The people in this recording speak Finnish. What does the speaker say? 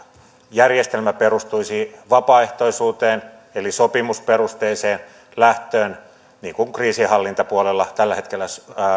järjestelmä perustuisi vapaaehtoisuuteen eli sopimusperusteiseen lähtöön niin kuin kriisinhallintapuolella tällä hetkellä